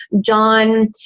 John